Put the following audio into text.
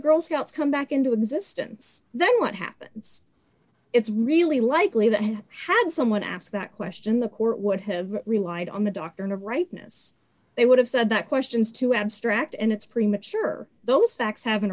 girl scouts come back into existence then what happens it's really likely that had someone ask that question the court would have relied on the doctrine of rightness they would have said that question's too abstract and it's premature those facts hav